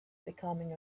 becoming